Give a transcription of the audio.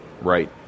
Right